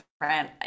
different